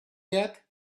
yet